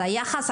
אז היחס,